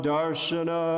Darshana